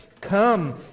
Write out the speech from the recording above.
Come